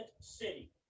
city